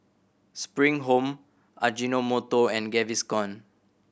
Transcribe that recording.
Spring Home Ajinomoto and Gaviscon